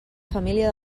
família